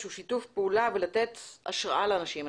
שהוא שיתוף פעולה ולתת השראה לאנשים.